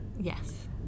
yes